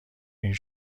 این